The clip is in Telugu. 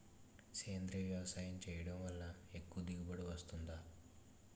సేంద్రీయ వ్యవసాయం చేయడం వల్ల ఎక్కువ దిగుబడి వస్తుందా?